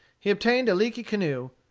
he obtained a leaky canoe,